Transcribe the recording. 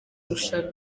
rushanwa